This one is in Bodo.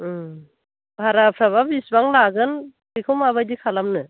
उम भाराफ्राबा बिसिबां लागोन बेखौ माबायदि खालामनो